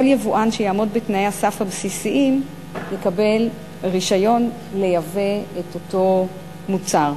כל יבואן שיעמוד בתנאי הסף הבסיסים יקבל רשיון לייבא את אותו מוצר.